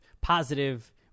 positive